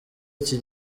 iki